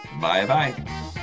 Bye-bye